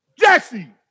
Jesse